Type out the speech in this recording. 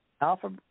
alpha